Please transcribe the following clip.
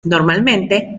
normalmente